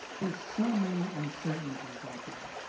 there's so many uncertainties out there.